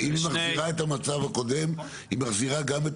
אם היא מחזירה את המצב הקודם היא מחזירה גם את